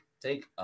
take, –